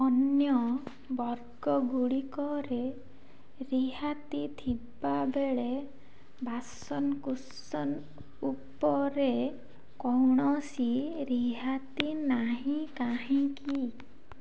ଅନ୍ୟ ବର୍ଗ ଗୁଡ଼ିକରେ ରିହାତି ଥିବାବେଳେ ବାସନ କୁସନ ଉପରେ କୌଣସି ରିହାତି ନାହିଁ କାହିଁକି